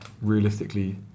Realistically